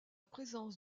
présence